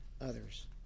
others